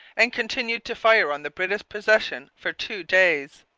and continued to fire on the british position for two days.